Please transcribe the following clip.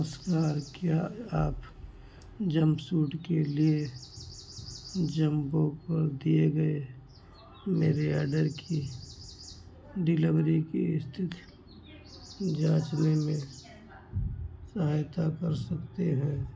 नमस्कार क्या आप जंपसूट के लिए जम्बो पर दिए गए मेरे ऑर्डर की डिलीवरी की स्थिति की जांचने में सहायता कर सकते हैं